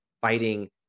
fighting